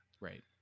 Right